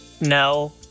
no